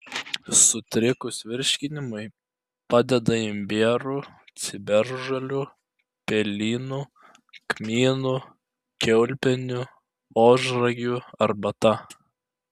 sutrikus virškinimui padeda imbierų ciberžolių pelynų kmynų kiaulpienių ožragių arbata